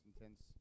intense